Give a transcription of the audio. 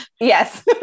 Yes